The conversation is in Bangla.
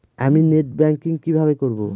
আমি নেট ব্যাংকিং কিভাবে করব?